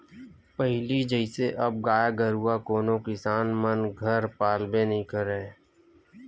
पहिली जइसे अब गाय गरुवा कोनो किसान मन घर पालबे नइ करय